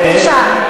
בבקשה,